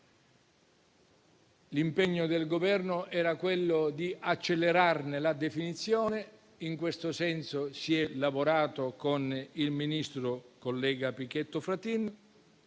L'impegno del Governo era quello di accelerarne la definizione e in questo senso si è lavorato con il ministro Pichetto Fratin,